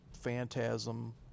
Phantasm